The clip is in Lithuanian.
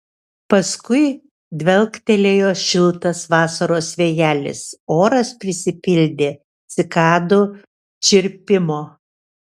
paskui dvelktelėjo šiltas vasaros vėjelis oras prisipildė cikadų čirpimo